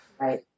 Right